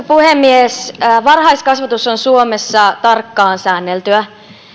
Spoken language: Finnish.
puhemies varhaiskasvatus on suomessa tarkkaan säänneltyä